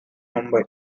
mumbai